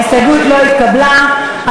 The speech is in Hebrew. ההסתייגות (169) של קבוצת סיעת בל"ד לסעיף 59(3) לא נתקבלה.